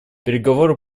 переговоры